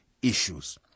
Issues